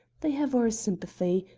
they have our sympathy,